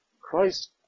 Christ